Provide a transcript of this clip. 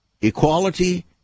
equality